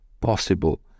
possible